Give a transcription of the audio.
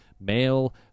male